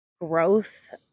growth